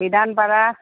বিধান পাৰা